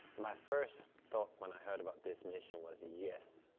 my first thought when i heard about this mission was yes,